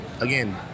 again